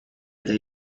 eta